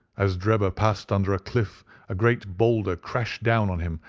as drebber passed under a cliff a great boulder crashed down on him,